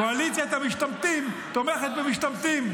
קואליציית המשתמטים תומכת במשתמטים.